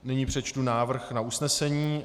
Nyní přečtu návrh na usnesení.